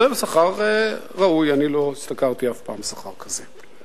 זה שכר ראוי, אני לא השתכרתי אף פעם שכר כזה.